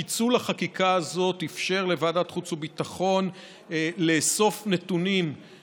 פיצול החקיקה הזאת אפשר לוועדת החוץ והביטחון לאסוף נתונים,